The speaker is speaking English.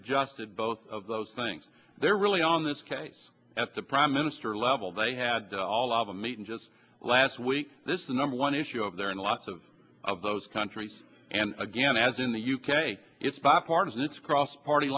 adjusted both of those things they're really on this case at the prime minister level they had all of a meeting just last week this is the number one issue up there in lots of of those countries and again as in the u k it's bipartisan it's crossed party